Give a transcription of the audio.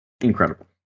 incredible